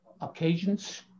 occasions